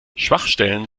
schwachstellen